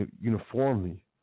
uniformly